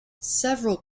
several